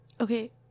Okay